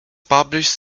published